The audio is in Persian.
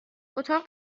اتاق